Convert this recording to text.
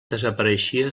desapareixia